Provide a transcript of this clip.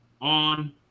on